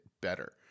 better